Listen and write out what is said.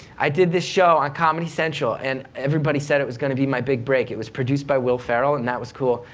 i did this show on comedy central, and everybody said it was going to be my big break. it was produced by will ferrell, and that was cool.